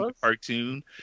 Cartoon